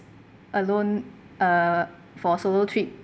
alone uh for a solo trip uh